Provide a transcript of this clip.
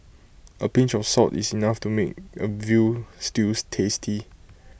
A pinch of salt is enough to make A Veal Stews tasty